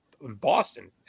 Boston